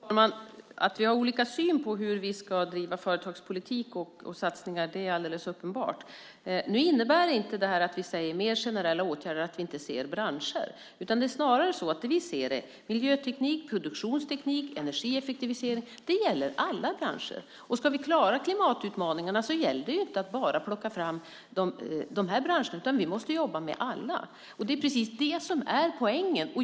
Fru talman! Att vi har olika syn på hur vi ska driva företagspolitik och vilka satsningar som ska göras är alldeles uppenbart. När vi talar om mer generella åtgärder innebär det inte att vi inte ser branscher. Det är snarare så att vi ser miljöteknik, produktionsteknik, energieffektivisering, och det gäller alla branscher. Om vi ska klara klimatutmaningarna gäller det att inte bara plocka fram vissa branscher, utan vi måste jobba med alla. Det är just det som är poängen.